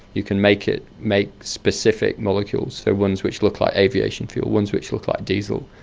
you can make it make specific molecules, so ones which look like aviation fuel, ones which look like diesel,